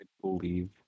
believe